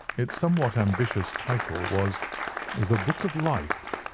its somewhat ambitious title was the book of life,